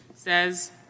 says